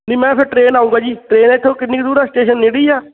ਨਹੀਂ ਮੈਂ ਫਿਰ ਟ੍ਰੇਨ ਆਊਗਾ ਜੀ ਟ੍ਰੇਨ ਇੱਥੋਂ ਕਿੰਨੀ ਕੁ ਦੂਰ ਆ ਸਟੇਸ਼ਨ ਨੇੜੇ ਹੀ ਆ